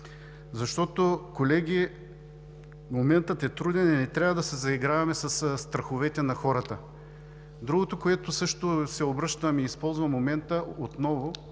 Защото, колеги, моментът е труден и не трябва да се заиграваме със страховете на хората. Другото, за което също се обръщам и използвам момента отново,